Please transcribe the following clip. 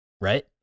Right